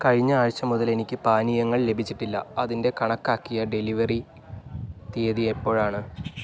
കഴിഞ്ഞ ആഴ്ച മുതൽ എനിക്ക് പാനീയങ്ങൾ ലഭിച്ചിട്ടില്ല അതിൻ്റെ കണക്കാക്കിയ ഡെലിവറി തീയതി എപ്പോഴാണ്